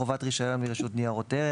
תהא חובת רישיון מרשות ניירות ערך.